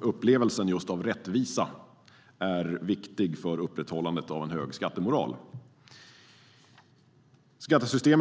Upplevelsen av rättvisa är viktig för upprätthållandet av en hög skattemoral. Jag tänkte gå in